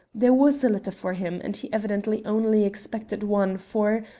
there was a letter for him, and he evidently only expected one, for,